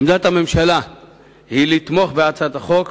עמדת הממשלה היא תמיכה בהצעת החוק,